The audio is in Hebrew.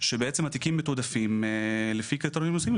שבעצם התיקים מתועדפים לפי קריטריונים מסוימים,